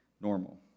Normal